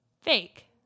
Fake